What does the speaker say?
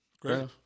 Great